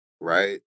Right